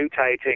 mutating